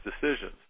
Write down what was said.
decisions